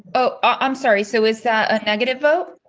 oh, i'm sorry. so, is that a negative vote?